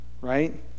right